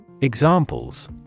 Examples